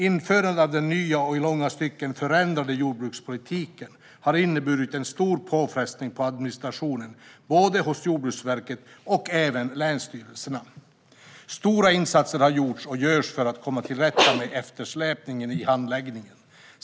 Införandet av den nya och i långa stycken förändrade jordbrukspolitiken har inneburit en stor påfrestning på administrationen hos Jordbruksverket och även länsstyrelserna. Stora insatser har gjorts och görs för att komma till rätta med eftersläpningen i handläggningen.